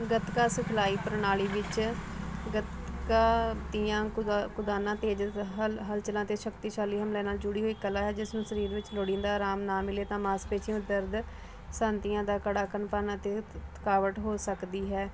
ਗਤਕਾ ਸਿਖਲਾਈ ਪ੍ਰਣਾਲੀ ਵਿੱਚ ਗੱਤਕਾ ਦੀਆਂ ਕੁ ਕੁਕਾਨਾਂ ਤੇਜ਼ ਹਲ ਹਲਚਲਾਂ ਅਤੇ ਸ਼ਕਤੀਸ਼ਾਲੀ ਹਮਲੇ ਨਾਲ ਜੁੜੀ ਹੋਈ ਕਲਾ ਹੈ ਜਿਸ ਨੂੰ ਸਰੀਰ ਵਿੱਚ ਲੋੜੀਂਦਾ ਆਰਾਮ ਨਾ ਮਿਲੇ ਤਾਂ ਮਾਸਪੇਸ਼ੀਆਂ ਦੇ ਦਰਦ ਸੰਤੀਆਂ ਦਾ ਕੜਾ ਕਪਨ ਅਤੇ ਥਕਾਵਟ ਹੋ ਸਕਦੀ ਹੈ